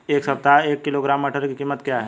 इस सप्ताह एक किलोग्राम मटर की कीमत क्या है?